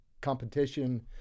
competition